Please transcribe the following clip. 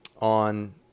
on